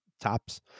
tops